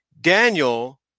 Daniel